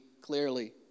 clearly